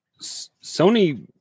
Sony